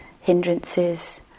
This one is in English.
hindrances